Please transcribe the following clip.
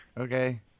Okay